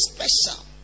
special